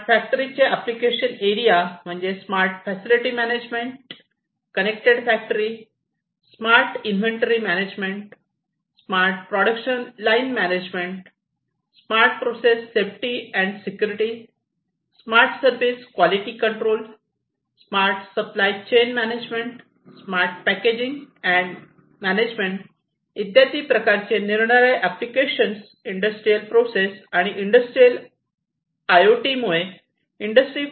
smart factory चे application area म्हणजे smart facility management connected factory smart inventory management smart production line management smart process safety and security smart service quality control smart supply chain management smart packaging and management इत्यादी प्रकारचे निरनिराळे applications industrial process आणि industrial I O T मुळे industry